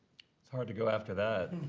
it's hard to go after that.